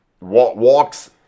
walks